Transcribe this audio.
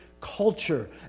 culture